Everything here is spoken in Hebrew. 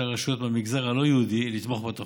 הרשויות מהמגזר הלא-יהודי לתמוך בתוכנית.